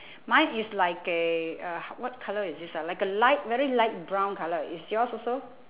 mine is like a uh what colour is this ah like a light very light brown colour is yours also